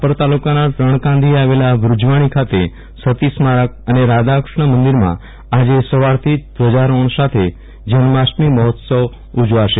રાપર તાલુકાના રણકાંધીએ આવેલા વ્રજવાણી ખોત સતી સ્મારક અને રાધેકૃષ્ણમંદિરમાં આજે સવારથી જ ધ્વજારોહણ સાથે જન્માષ્ટમી મહોત્સવ ઉજવાશે